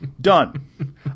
Done